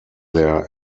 their